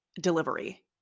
delivery